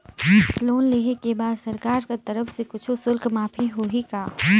Loan लेहे के बाद सरकार कर तरफ से कुछ शुल्क माफ होही का?